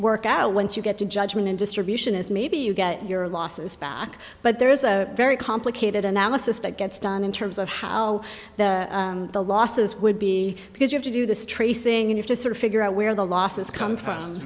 work out once you get to judgment and distribution is maybe you get your losses back but there is a very complicated analysis that gets done in terms of how the losses would be because you have to do this tracing you have to sort of figure out where the losses come from